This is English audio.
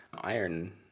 Iron